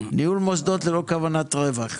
ניהול מוסדות ללא כוונת רווח.